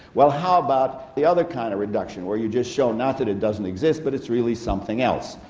well, how about the other kind of reduction where you just show not that it doesn't exist, but it's really something else,